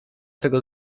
tego